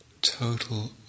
total